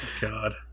god